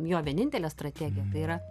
jo vienintelė strategija yra